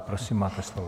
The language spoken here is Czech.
Prosím, máte slovo.